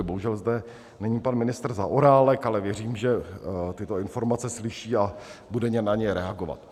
Bohužel zde není pan ministr Zaorálek, ale věřím, že tyto informace slyší a bude na ně reagovat.